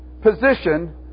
position